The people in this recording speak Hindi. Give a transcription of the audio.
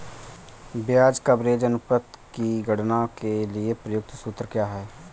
ब्याज कवरेज अनुपात की गणना के लिए प्रयुक्त सूत्र क्या है?